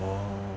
err